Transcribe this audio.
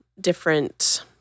different